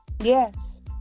Yes